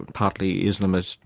and partly islamist,